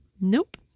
Nope